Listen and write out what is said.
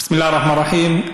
בסם אללה א-רחמאן א-רחים.